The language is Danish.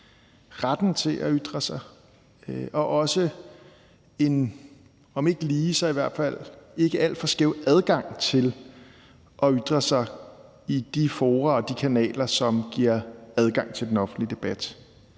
retten til at ytre sig og også en om ikke lige, så i hvert fald ikke alt for skæv adgang til at ytre sig i de fora og via de kanaler, som giver adgang til den offentlige debat.